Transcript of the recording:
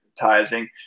advertising